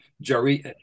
Jerry